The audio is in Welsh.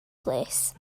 plîs